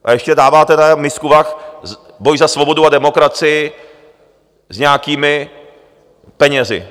A ještě dáváte na misku vah boj za svobodu a demokracii s nějakými penězi.